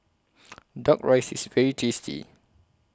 Duck Rice IS very tasty